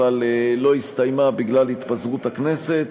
אבל לא הסתיימה בגלל התפזרות הכנסת.